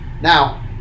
Now